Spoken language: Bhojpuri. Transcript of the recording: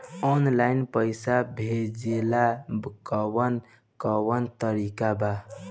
आनलाइन पइसा भेजेला कवन कवन तरीका बा?